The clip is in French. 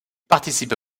participe